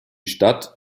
stadt